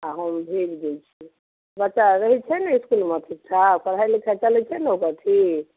आ हम भेज दै छी बच्चा रहैत छै ने इसकुलमे ठीक ठाक पढ़ाइ लिखाइ चलैत छै ने ओकर ठीक